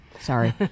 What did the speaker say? Sorry